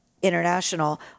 International